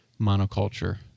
monoculture